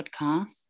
podcast